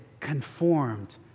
conformed